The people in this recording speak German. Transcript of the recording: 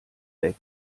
weg